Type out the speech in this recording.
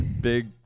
big